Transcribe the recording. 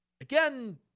again